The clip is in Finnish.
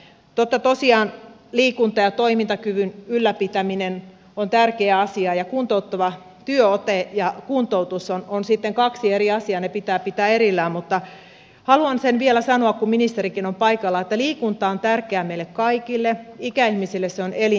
totta tosiaan liikunta ja toimintakyvyn ylläpitäminen on tärkeä asia ja kuntouttava työote ja kuntoutus ovat sitten kaksi eri asiaa ne pitää pitää erillään mutta haluan sen vielä sanoa kun ministerikin on paikalla että liikunta on tärkeää meille kaikille ikäihmisille se on elintärkeää